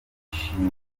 ishimwe